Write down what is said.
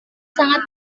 sangat